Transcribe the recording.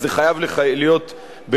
אז זה חייב להיות בחקיקה,